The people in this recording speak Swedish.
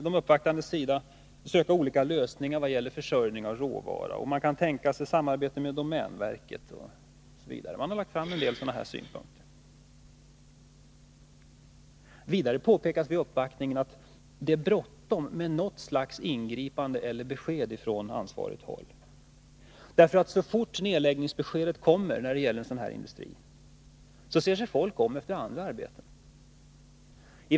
De uppvaktande ville också söka olika lösningar vad gäller försörjningen av råvara. De kunde tänka sig samarbete med bl.a. domänverket. Vidare påpekades det vid uppvaktningen att det är bråttom med något slags ingripande eller besked från ansvarigt håll. Så fort det kommer ett nedläggningsbesked för en sådan här industri, ser sig de anställda om efter andra arbeten.